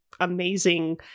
amazing